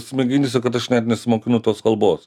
smegenyse kad aš net nesimokinu tos kalbos